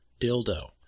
dildo